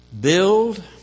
Build